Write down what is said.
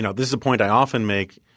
you know this is a point i often make.